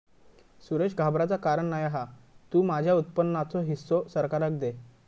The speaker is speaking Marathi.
सुरेश घाबराचा कारण नाय हा तु तुझ्या उत्पन्नाचो हिस्सो सरकाराक दे